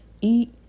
eat